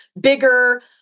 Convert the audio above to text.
bigger